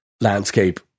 landscape